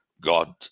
God